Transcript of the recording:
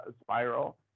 spiral